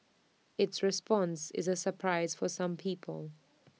its response is A surprise for some people